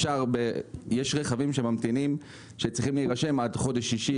יש רכבים שממתינים וצריכים להירשם עד חודש שישי,